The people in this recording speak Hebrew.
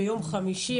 ביום חמישי,